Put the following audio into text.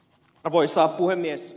arvoisa puhemies